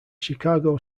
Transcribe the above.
chicago